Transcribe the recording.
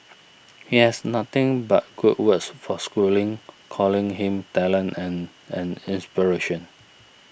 he has nothing but good words for Schooling calling him talented and an inspiration